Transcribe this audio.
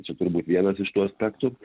čia turbūt vienas iš tų aspektų